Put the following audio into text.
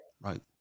right